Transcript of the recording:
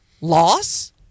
Loss